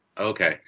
Okay